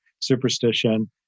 superstition